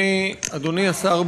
אדוני השר,